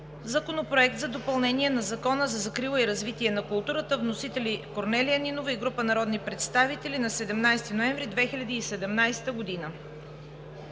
Законопроект за допълнение на Закона за закрила и развитие на културата. Вносители: Корнелия Нинова и група народни представители на 17 ноември 2017 г.